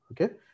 okay